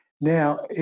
now